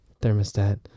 Thermostat